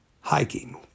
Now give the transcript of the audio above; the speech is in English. hiking